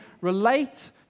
relate